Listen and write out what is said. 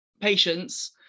patients